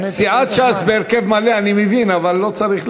סיעת ש"ס בהרכב מלא, אני מבין, אבל לא צריך,